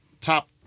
top